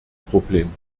problem